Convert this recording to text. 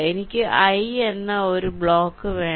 എനിക്ക് i എന്ന ഒരു ബ്ലോക്ക് വെക്കണം